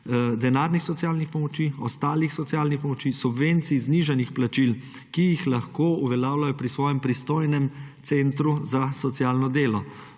denarnih socialnih pomoči, ostalih socialnih pomoči, subvencij, znižanih plačil, ki jih lahko uveljavljajo pri svojem pristojnem centru za socialno delo.